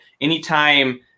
anytime